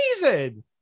amazing